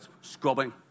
scrubbing